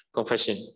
Confession